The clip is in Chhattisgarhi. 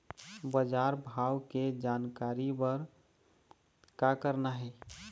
बजार भाव के जानकारी बर का करना हे?